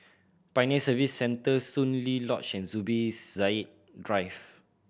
Pioneer Service Centre Soon Lee Lodge and Zubir Said Drive